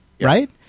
right